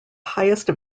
highest